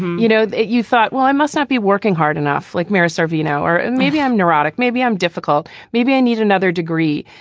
you know, you thought, well, i must not be working hard enough like mira sorvino or maybe i'm neurotic, maybe i'm difficult. maybe i need another degree.